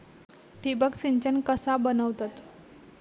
ठिबक सिंचन कसा बनवतत?